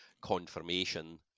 confirmation